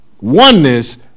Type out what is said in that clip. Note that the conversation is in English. oneness